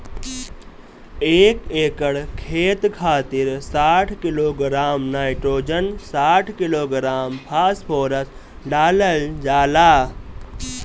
एक एकड़ खेत खातिर साठ किलोग्राम नाइट्रोजन साठ किलोग्राम फास्फोरस डालल जाला?